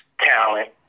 talent